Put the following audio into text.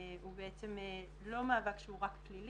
אני רוצה לבקש ממך, לפני שאתן את רשות הדיבור